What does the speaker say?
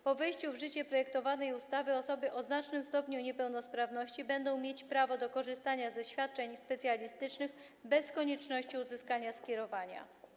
Po wejściu w życie projektowanej ustawy osoby o znacznym stopniu niepełnosprawności będą mieć prawo do korzystania ze świadczeń specjalistycznych bez konieczności uzyskania skierowania.